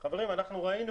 חברים, אנחנו ראינו